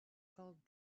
called